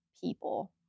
people